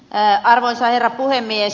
arvoisa herra puhemies